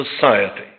society